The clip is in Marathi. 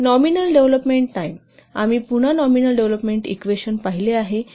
आम्ही पुन्हा नॉमिनल डेव्हलोपमेंट इक्वेशन पाहिले आहे